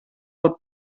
del